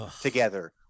together